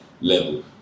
level